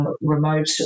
remote